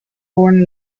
born